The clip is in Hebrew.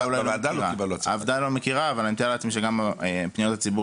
הוועדה לא מכירה אבל אני מתאר לעצמי שגם פניות הציבור